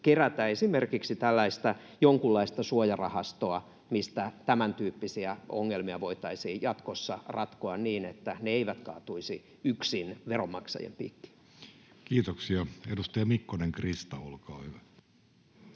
kerätä esimerkiksi tällaista jonkunlaista suojarahastoa, mistä tämäntyyppisiä ongelmia voitaisiin jatkossa ratkoa niin, että ne eivät kaatuisi yksin veronmaksajien piikkiin? [Speech 111] Speaker: Jussi Halla-aho